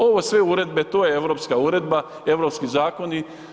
Ove sve uredbe, to je europska uredba, europski zakoni.